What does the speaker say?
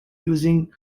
using